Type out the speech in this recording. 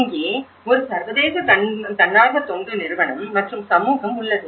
இங்கே ஒரு சர்வதேச தன்னார்வ தொண்டு நிறுவனம் மற்றும் சமூகம் உள்ளது